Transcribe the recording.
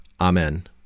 Amen